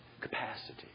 capacity